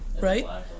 right